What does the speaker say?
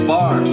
Bar